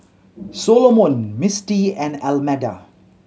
Solomon Misti and Almeda